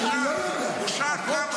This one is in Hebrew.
כמה?